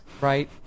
right